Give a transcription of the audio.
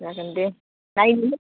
जागोन दे नायनि